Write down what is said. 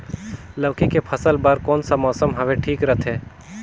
लौकी के फसल बार कोन सा मौसम हवे ठीक रथे?